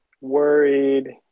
worried